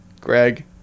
Greg